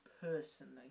personally